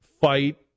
fight